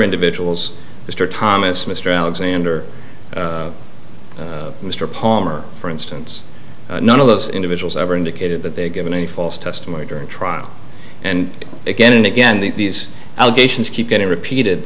individuals mr thomas mr alexander mr palmer for instance none of those individuals ever indicated that they had given a false testimony during trial and again and again these allegations keep getting repeated